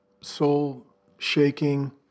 soul-shaking